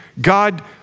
God